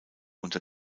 unter